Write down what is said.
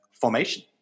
formation